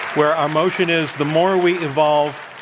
where our motion is the more we evolve,